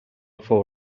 fou